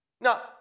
Now